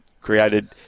created